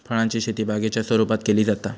फळांची शेती बागेच्या स्वरुपात केली जाता